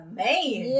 man